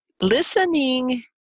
Listening